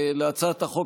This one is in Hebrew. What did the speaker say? להצעת החוק,